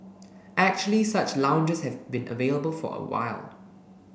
actually such lounges have been available for a while